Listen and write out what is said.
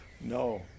No